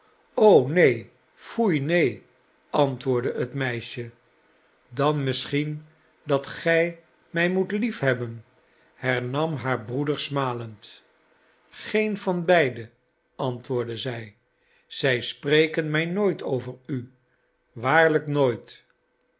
neen foei neen antwoordde het meisje dan misschien dat gij mij moet liefhebben hernam haar broeder smalend geen van beide antwoordde zij zij spreken mij nooit over u waarlijk nooit